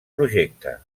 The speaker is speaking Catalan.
projecte